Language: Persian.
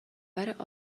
برابر